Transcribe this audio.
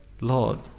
Lord